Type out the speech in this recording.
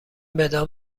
بدان